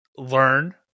Learn